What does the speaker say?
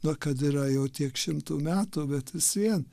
na kad yra jau tiek šimtų metų bet vis vien